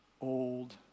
old